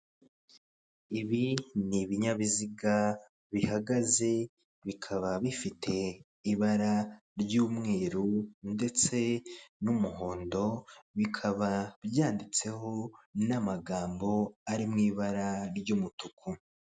Ibi ni ibinyabiziga bihagaze bikaba bifite ibara ry'umweru ndetse n'umuhondo, bikaba byanditseho n'amagambo ari mu ibara ry'umutuku.